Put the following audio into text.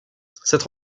cette